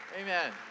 Amen